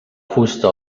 fusta